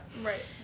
Right